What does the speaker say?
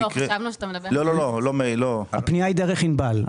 הפנייה היא דרך ענבל.